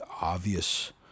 obvious